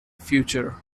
future